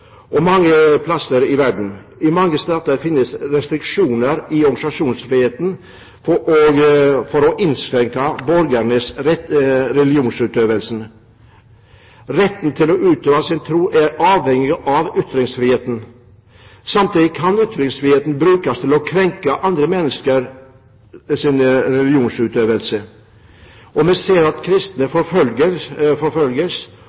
mange steder i verden. I mange stater finnes restriksjoner i organisasjonsfriheten for å innskrenke borgernes religionsutøvelse. Retten til å utøve sin tro er avhengig av ytringsfriheten. Samtidig kan ytringsfriheten brukes til å krenke andre menneskers religionsutøvelse. Vi ser at kristne forfølges, og vi ser at